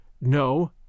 No